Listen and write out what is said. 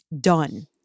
done